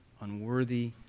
unworthy